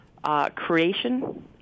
Creation